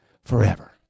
forever